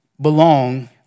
belong